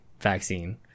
vaccine